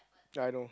ya I know